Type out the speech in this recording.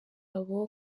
gasabo